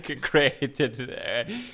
created